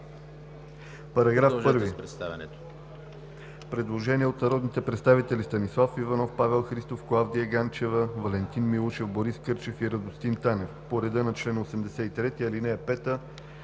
По § 1 има предложение от народните представители Станислав Иванов, Павел Христов, Клавдия Ганчева, Валентин Милушев, Борис Кърчев и Радостин Танев по реда на чл. 83, ал. 5, т.